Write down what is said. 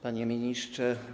Panie Ministrze!